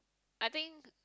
I think